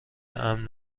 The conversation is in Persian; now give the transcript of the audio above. امن